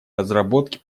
разработки